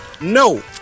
No